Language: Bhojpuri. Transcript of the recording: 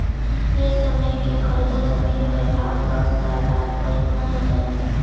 ए समय कअ खरीदल जमीन कअ भाव दस साल बाद कई गुना हो जाई